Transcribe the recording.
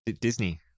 Disney